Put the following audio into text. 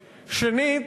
שנית,